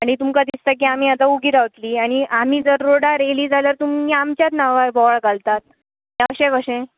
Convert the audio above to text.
आनी तुमकां दिसता की आमी आतां उगी रावतली आनी आमी जर रोडार आयलीं जाल्यार तुमी आमच्यात नांवार बोवाळ घालतात हें अशें कशें